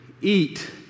Eat